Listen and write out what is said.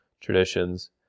traditions